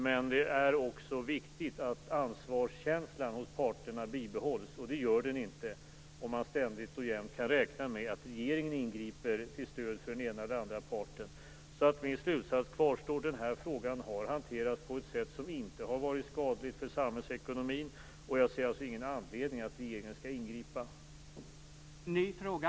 Men det är också viktigt att ansvarskänslan hos parterna bibehålls, och det gör den inte om man ständigt och jämt kan räkna med att regeringen ingriper till stöd för den ena eller den andra parten. Min slutsats kvarstår: Den här frågan har hanterats på ett sätt som inte har varit skadligt för samhällsekonomin, och jag ser alltså ingen anledning för regeringen att ingripa.